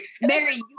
Mary